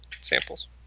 samples